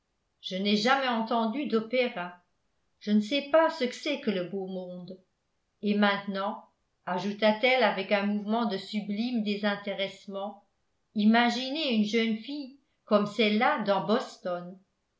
je n'ai jamais entendu d'opéra je ne sais pas ce que c'est que le beau monde et maintenant ajouta-t-elle avec un mouvement de sublime désintéressement imaginez une jeune fille comme celle-là dans boston